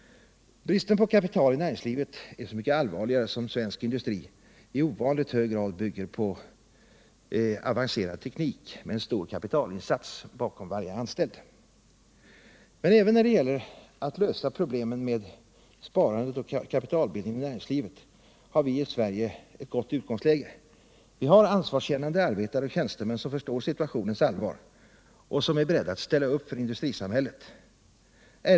Bristen på kapital i näringslivet är så mycket allvarligare som svensk industri i ovanligt hög grad bygger på avancerad teknik med en stor kapitalinsats bakom varje anställd. Men även när det gäller att lösa problemer med sparandet och kapitalbild ningen i näringslivet har vi i Sverige ett gott utgångsläge. Vi har ansvarskännande arbetare och tjänstemän som förstår situationens allvar och som är beredda att ställa upp för industrisamhället.